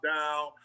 Down